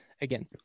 again